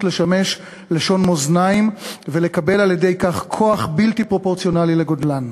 לשמש לשון מאזניים ולקבל על-ידי כך כוח בלתי פרופורציונלי לגודלן.